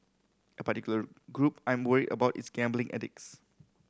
a particular group I'm worried about is gambling addicts